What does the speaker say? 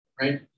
right